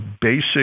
basic